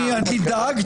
מי נמנע?